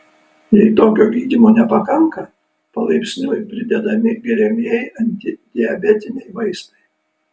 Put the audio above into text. jei tokio gydymo nepakanka palaipsniui pridedami geriamieji antidiabetiniai vaistai